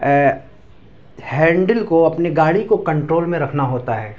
handle کو اپنی گاڑی کو کنٹرول میں رکھنا ہوتا ہے